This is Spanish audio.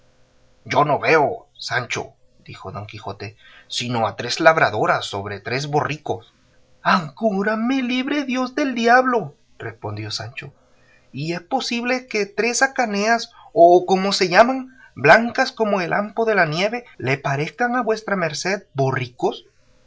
yo no veo sancho dijo don quijote sino a tres labradoras sobre tres borricos agora me libre dios del diablo respondió sancho y es posible que tres hacaneas o como se llaman blancas como el ampo de la nieve le parezcan a vuesa merced borricos